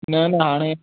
न न हाणे